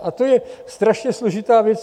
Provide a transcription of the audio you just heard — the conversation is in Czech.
A to je strašně složitá věc.